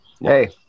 hey